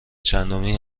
چندمی